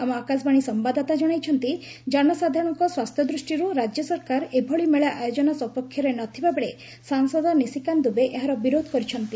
ଆମ ଆକାଶବାଣୀ ସମ୍ବାଦଦାତା ଜଣାଇଛନ୍ତି ଜନସାଧାରଣଙ୍କ ସ୍ୱାସ୍ଥ୍ୟ ଦୃଷ୍ଟିରୁ ରାଜ୍ୟ ସରକାର ଏଭଳି ମେଳା ଆୟୋଜନ ସପକ୍ଷରେ ନଥିବା ବେଳେ ସାଂସଦ ନିଶିକାନ୍ତ ଦୁବେ ଏହାର ବିରୋଧ କରିଚ୍ଛନ୍ତି